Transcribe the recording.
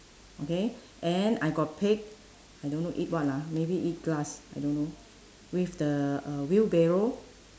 okay and I got pig I don't know eat what lah maybe eat grass I don't know with the uh wheelbarrow